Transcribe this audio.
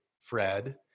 Fred